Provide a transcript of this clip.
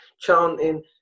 chanting